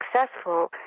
successful